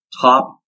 top